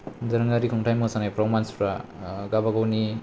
दोरोङारि खुंथाय मोसानायाव मानसिफ्रा गावबा गावनि